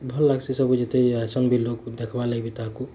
ଭଲ ଲାଗ୍ସି ସବୁ ଯେତେ ଆଏସନ୍ ବି ଲୋକ ଦେଖବାର୍ ଲାଗି ବି ତାହାକୁ